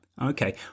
Okay